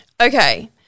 Okay